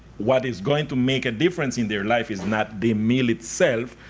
what is going to make a difference in their life is not the meal itself,